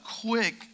quick